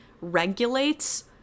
regulates